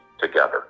together